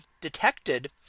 detected